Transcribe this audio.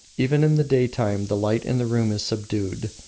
even in the daytime the light in the room is subdued,